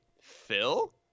phil